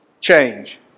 change